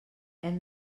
hem